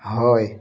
হয়